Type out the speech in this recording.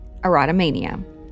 Erotomania